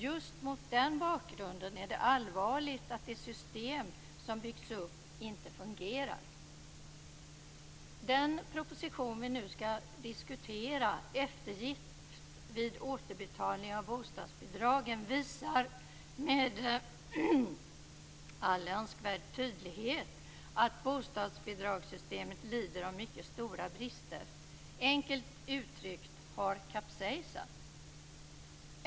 Just mot den bakgrunden är det allvarligt att det system som byggts upp inte fungerar. Den proposition som vi nu skall diskutera, Eftergift vid återbetalning av bostadsbidragen, visar med all önskvärd tydlighet att bostadsbidragssystemet lider av mycket stora brister. Enkelt uttryckt: Det har kapsejsat.